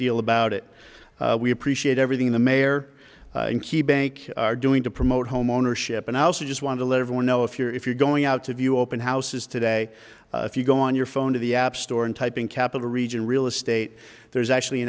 deal about it we appreciate everything the mayor and key bank are doing to promote homeownership and i also just want to let everyone know if you're if you're going out to view open houses today if you go on your phone to the app store and type in capital region real estate there's actually a